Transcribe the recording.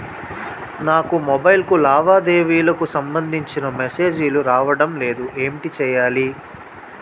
నాకు మొబైల్ కు లావాదేవీలకు సంబందించిన మేసేజిలు రావడం లేదు ఏంటి చేయాలి?